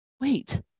wait